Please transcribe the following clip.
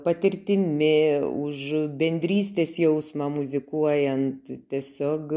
patirtimi už bendrystės jausmą muzikuojant tiesiog